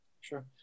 Sure